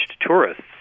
tourists